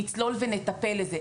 נצלול ונטפל בזה,